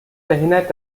verhindert